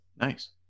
Nice